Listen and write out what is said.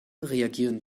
reagieren